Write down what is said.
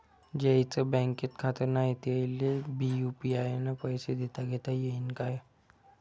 ज्याईचं बँकेत खातं नाय त्याईले बी यू.पी.आय न पैसे देताघेता येईन काय?